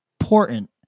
important